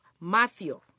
Matthew